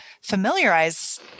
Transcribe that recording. familiarize